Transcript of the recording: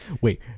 wait